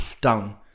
down